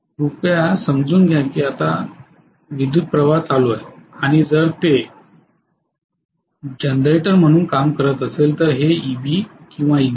कृपया समजून घ्या की आता विद्युतप्रवाह चालू आहे आणि जर ते जनरेटर म्हणून काम करत असेल तर हे Eb किंवा Eg आहे